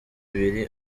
ibiri